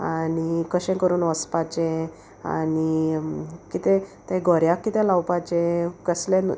आनी कशें करून वचपाचें आनी कितें तें गोऱ्याक कितें लावपाचें केसलें